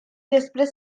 després